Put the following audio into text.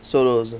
solo also